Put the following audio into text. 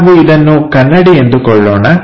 ನಾವು ಇದನ್ನು ಕನ್ನಡಿ ಎಂದುಕೊಳ್ಳೋಣ